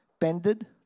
bended